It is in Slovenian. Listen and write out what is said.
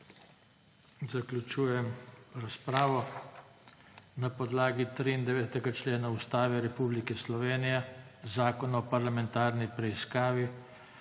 Zaključujem razpravo. Na podlagi 93. člena Ustave Republike Slovenije, Zakona o parlamentarni preiskavi,